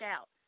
out